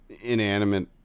inanimate